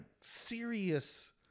serious